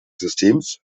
systems